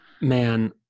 Man